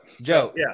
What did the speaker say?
Joe